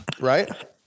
right